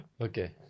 Okay